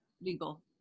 legal